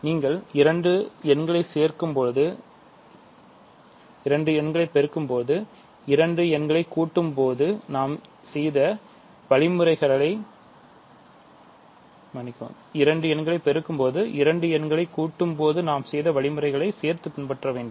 நீங்கள் இரண்டு எண்களைச் பெருக்கும்போதுஇரண்டு எண்களை கூட்டும் போது நாம் செய்த வழிமுறையையும் சேர்த்து பின்பற்ற வேண்டும்